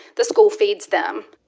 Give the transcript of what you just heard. the school feeds them